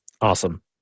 Awesome